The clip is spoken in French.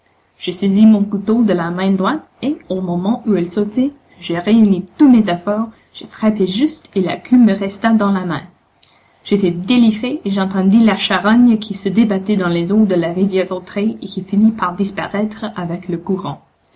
je saisis mon couteau de la main droite et au moment où elle sautait je réunis tous mes efforts je frappai juste et la queue me resta dans la main j'étais délivré et j'entendis la charogne qui se débattait dans les eaux de la rivière dautraye et qui finit par disparaître avec le courant